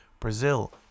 Brazil